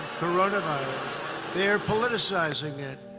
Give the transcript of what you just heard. coronavirus they're politicizing it.